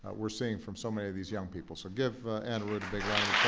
we're seeing from so many of these young people. so give anarudh a big round